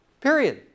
Period